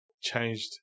changed